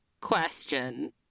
question